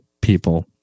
people